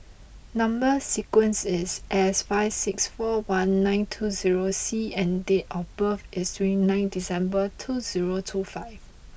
number sequence is S five six four one nine two zero C and date of birth is three nine December two zero two five